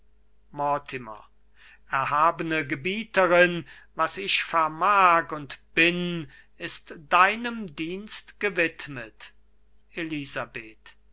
erhabene gebieterin was ich vermag und bin ist deinem dienst gewidmet elisabeth